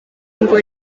ngo